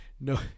no